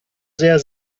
sehr